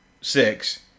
six